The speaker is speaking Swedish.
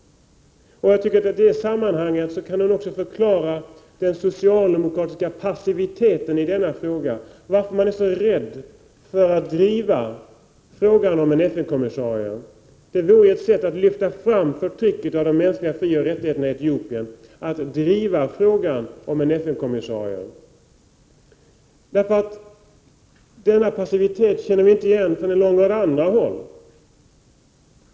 I det sammanhanget kan hon också förklara den socialdemokratiska passitiviteten i denna fråga, varför socialdemokraterna är så rädda att driva frågan om FN-kommissarie. Att driva frågan om FN-kommissarie vore ett sätt att lyfta fram förtrycket av de mänskliga frioch rättigheterna i Etiopien. Denna passivitet känner vi inte igen från några andra håll.